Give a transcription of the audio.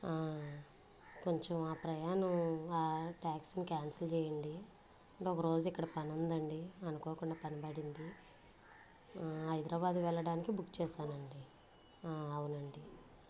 కొంచెం ఆ ప్రయాణం ఆ ట్యాక్సీని క్యాన్సిల్ చేయండి ఇంకొక రోజు ఇక్కడ పనుందండి అనుకోకుండా పని పడింది హైదరాబాద్ వెళ్ళడానికి బుక్ చేశానండి అవునండి